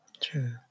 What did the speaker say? True